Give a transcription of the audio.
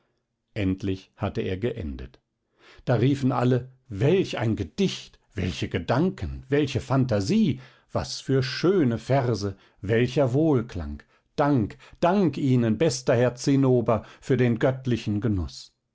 endlich hatte er geendet da riefen alle welch ein gedicht welche gedanken welche phantasie was für schöne verse welcher wohlklang dank dank ihnen bester herr zinnober für den göttlichen genuß